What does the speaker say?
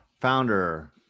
founder